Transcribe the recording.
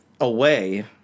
away